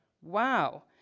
Wow